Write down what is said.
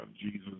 Jesus